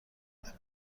بودند